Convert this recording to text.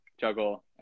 juggle